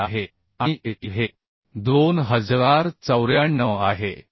मूल्य आहे आणि A e हे 2094 आहे